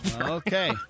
Okay